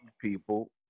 people